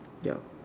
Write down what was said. ya